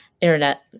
internet